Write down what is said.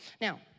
Now